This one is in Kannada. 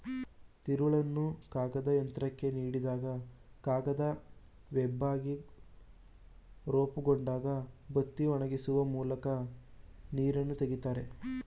ತಿರುಳನ್ನು ಕಾಗದಯಂತ್ರಕ್ಕೆ ನೀಡಿದಾಗ ಕಾಗದ ವೆಬ್ಬಾಗಿ ರೂಪುಗೊಂಡಾಗ ಒತ್ತಿ ಒಣಗಿಸುವ ಮೂಲಕ ನೀರನ್ನು ತೆಗಿತದೆ